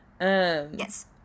Yes